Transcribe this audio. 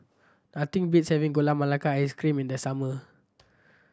nothing beats having Gula Melaka Ice Cream in the summer